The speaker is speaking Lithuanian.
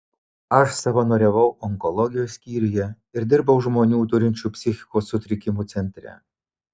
aš savanoriavau onkologijos skyriuje ir dirbau žmonių turinčių psichikos sutrikimų centre